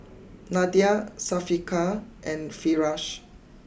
Nadia Syafiqah and Firash